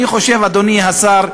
אני חושב, אדוני השר,